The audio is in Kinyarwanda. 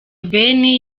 ben